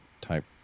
type